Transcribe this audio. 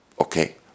Okay